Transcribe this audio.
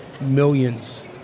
millions